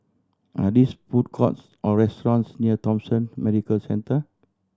are these food courts or restaurants near Thomson Medical Centre